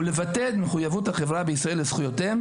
ולבטא את מחויבות החברה בישראל לזכויותיהם